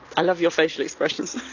i love your facial expressions.